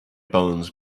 bones